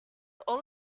all